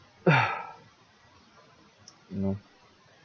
you know